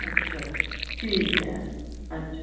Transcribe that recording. अच्छा ठीक ऐ अच्छा